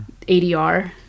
ADR